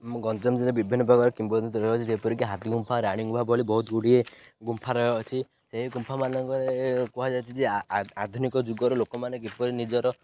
ମୋ ଗଞ୍ଜାମ ଜିଲ୍ଲାରେ ବିଭିନ୍ନ ପ୍ରକାର କିମ୍ବଦନ୍ତୀ ରହିଅଛି ଯେପରିକି ହାତୀ ଗୁମ୍ଫା ରାଣୀ ଗୁମ୍ଫା ଭଳି ବହୁତ ଗୁଡ଼ିଏ ଗୁମ୍ଫା ରହିଅଛି ସେହି ଗୁମ୍ଫାମାନଙ୍କରେ କୁହାଯାଇଛିି ଯେ ଆଧୁନିକ ଯୁଗର ଲୋକମାନେ କିପରି ନିଜର